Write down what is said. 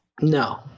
No